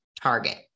target